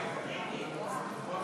בחינת העלות